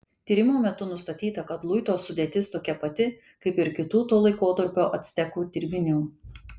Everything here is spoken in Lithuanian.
tyrimo metu nustatyta kad luito sudėtis tokia pati kaip ir kitų to laikotarpio actekų dirbinių